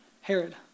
Herod